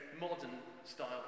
modern-style